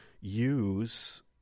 use